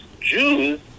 Jews